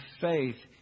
faith